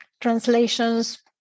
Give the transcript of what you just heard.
translations